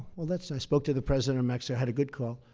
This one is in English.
well, that's i spoke to the president of mexico, had a good call.